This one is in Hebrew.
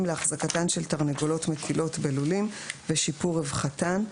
להחזקתן של תרנגולות מטילות בלולים ושיפור רווחתן,